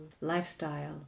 lifestyle